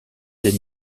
des